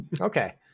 Okay